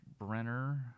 Brenner